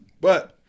But-